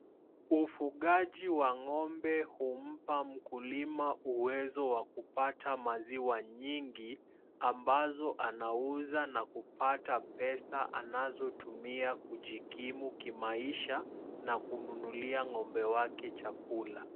Ufugaji wa ng'ombe humpa mkulima uwezo wa kupata maziwa nyingi ambazo anauza na kupata pesa anazotumia kujikimu kimaisha na kununulia ng'ombe wake chakula.